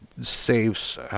saves